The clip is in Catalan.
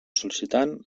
sol·licitant